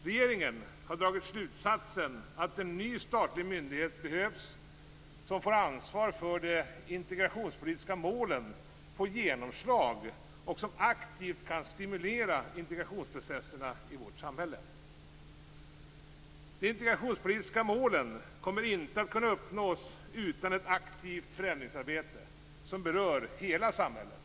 Regeringen har dragit slutsatsen att en ny statlig myndighet behövs som får ansvar för att de integrationspolitiska målen får genomslag och som aktivt kan stimulera integrationsprocesserna i vårt samhälle. De integrationspolitiska målen kommer inte att kunna uppnås utan ett aktivt förändringsarbete som berör hela samhället.